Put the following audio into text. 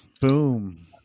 Boom